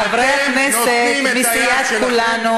חברי הכנסת מסיעת כולנו,